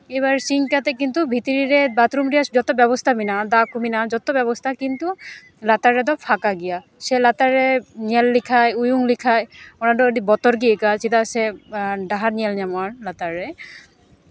ᱮᱭᱵᱟᱨ ᱥᱤᱧ ᱠᱟᱛᱮᱫ ᱠᱤᱱᱛᱩ ᱵᱷᱤᱛᱨᱤ ᱨᱮ ᱵᱟᱛᱷᱨᱩᱢ ᱨᱮᱭᱟᱜ ᱡᱚᱛᱚ ᱵᱮᱵᱚᱥᱛᱷᱟ ᱢᱮᱱᱟᱜᱼᱟ ᱫᱟᱜ ᱠᱚ ᱢᱮᱱᱟᱜᱼᱟ ᱡᱚᱛᱚ ᱵᱮᱵᱚᱥᱛᱷᱟ ᱠᱤᱱᱛᱩ ᱞᱟᱛᱟᱨ ᱨᱮᱫᱚ ᱯᱷᱟᱸᱠᱟ ᱜᱮᱭᱟ ᱥᱮ ᱞᱟᱛᱟᱨ ᱨᱮ ᱧᱮᱞ ᱞᱮᱠᱷᱟᱱ ᱩᱭᱩᱝ ᱞᱮᱠᱷᱟᱱ ᱚᱱᱟᱫᱚ ᱟᱹᱰᱤ ᱵᱚᱛᱚᱨ ᱜᱮ ᱟᱹᱭᱠᱟᱹᱜᱼᱟ ᱪᱮᱫᱟᱜ ᱥᱮ ᱰᱟᱦᱟᱨ ᱧᱮᱞ ᱧᱟᱢᱚᱜᱼᱟ ᱞᱟᱛᱟᱨ ᱨᱮ